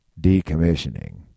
decommissioning